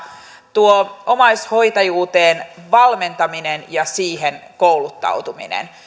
tuo omaishoitajuuteen valmentaminen ja siihen kouluttautuminen